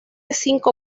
cinco